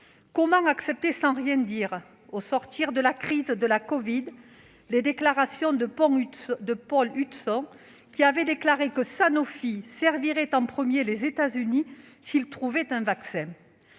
Comment accepter sans rien dire, au sortir de la crise de la covid, les déclarations de Paul Hudson, qui déclarait que Sanofi servirait « en premier » les États-Unis s'il trouvait un vaccin ?